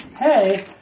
Hey